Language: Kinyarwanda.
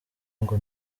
ngo